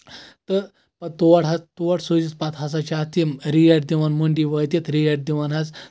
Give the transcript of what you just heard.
تہٕ پتہٕ تور حظ تور سوٗزِتھ پَتہٕ ہسا چھِ اَتھ یِم ریٹ دِوان مٔنٛڈی وٲتِتھ ریٹ دِوان حظ